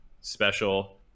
special